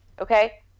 Okay